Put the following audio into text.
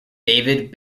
david